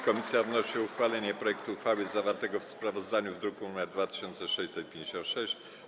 Komisja wnosi o uchwalenie projektu uchwały zawartego w sprawozdaniu w druku nr 2656.